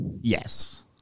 Yes